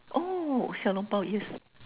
oh 小笼包 yes